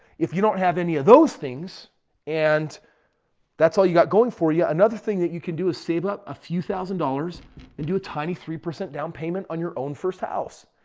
if you don't have any of those things and that's all you got going for you. another thing that you can do is save up a few thousand dollars and do a tiny three percent down payment on your own first house.